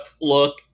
look